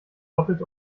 doppelt